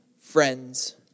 friends